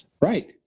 Right